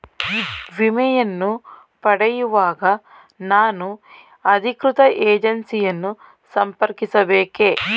ವಿಮೆಯನ್ನು ಪಡೆಯುವಾಗ ನಾನು ಅಧಿಕೃತ ಏಜೆನ್ಸಿ ಯನ್ನು ಸಂಪರ್ಕಿಸ ಬೇಕೇ?